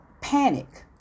panic